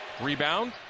Rebound